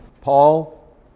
Paul